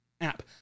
app